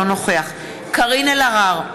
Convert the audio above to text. אינו נוכח קארין אלהרר,